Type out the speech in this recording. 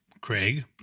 Craig